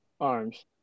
arms